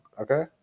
Okay